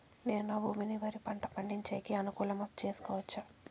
నేను నా భూమిని వరి పంట పండించేకి అనుకూలమా చేసుకోవచ్చా?